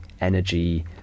energy